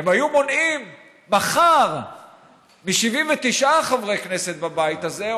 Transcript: הם היו מונעים מחר מ-79 חברי כנסת בבית הזה,